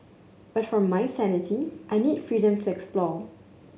but for my sanity I need freedom to explore